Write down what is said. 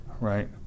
Right